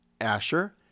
Asher